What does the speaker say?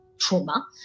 trauma